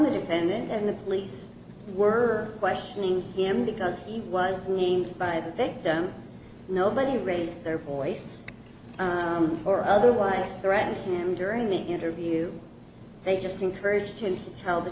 the defendant and the police were questioning him because he was named by the victim nobody raised their voice or otherwise threatened him during the interview they just encouraged to tell the